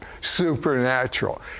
supernatural